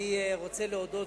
אני רוצה להודות,